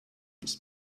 ist